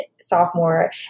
sophomore